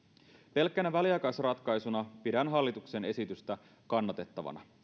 pelkkänä väliaikaisratkaisuna pidän hallituksen esitystä kannatettavana